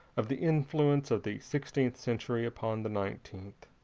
of the influence of the sixteenth century upon the nineteenth.